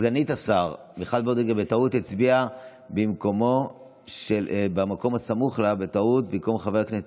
וסגנית השר מיכל וולדיגר הצביעה במקום הסמוך לה בטעות במקום חבר הכנסת